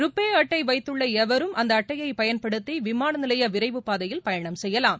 ருபே அட்டை வைத்துள்ள எவரும் அந்த அட்டையை பயன்படுத்தி விமான நிலைய விரைவுப் பாதையில் பயணம் செய்யலாம்